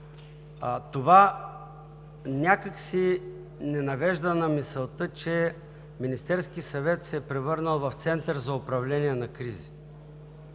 Това някак си ни навежда на мисълта, че Министерският съвет се е превърнал в център за управление на кризи.